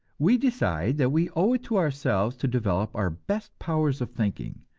we decide that we owe it to ourselves to develop our best powers of thinking,